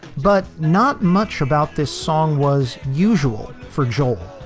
but not much about this song was usual for joel.